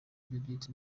judithe